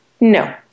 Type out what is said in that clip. No